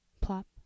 Plop